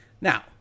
Now